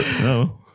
no